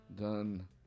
done